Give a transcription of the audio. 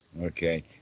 Okay